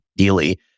ideally